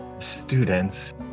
Students